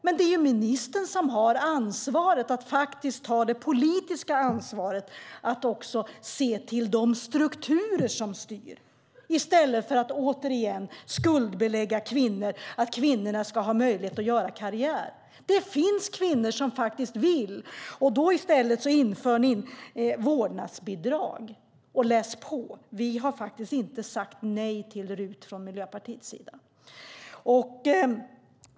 Men det är ju ministern som har att faktiskt ta det politiska ansvaret att se till de strukturer som styr i stället för att återigen skuldbelägga kvinnor, att kvinnorna ska ha möjlighet att göra karriär. Det finns kvinnor som faktiskt vill. I stället inför ni vårdnadsbidrag. Och, läs på, vi har faktiskt inte sagt nej till RUT från Miljöpartiets sida.